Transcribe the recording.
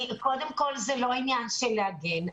זה לא עניין של להגן.